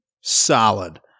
solid